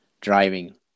driving